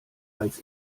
als